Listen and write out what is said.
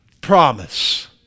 promise